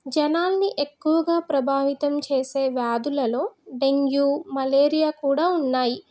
జనాల్ని ఎక్కువగా ప్రభావితం చేసే వ్యాధులలో డెంగ్యూ మలేరియా కూడా ఉన్నాయి